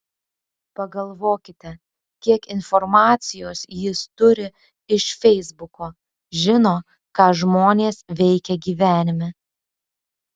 pagalvokite kiek informacijos jis turi iš feisbuko žino ką žmonės veikia gyvenime